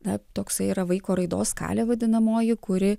na toksai yra vaiko raidos skalė vadinamoji kuri